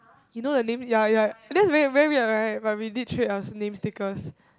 you know the name ya ya that's very very weird right but we did trade our name stickers